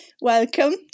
welcome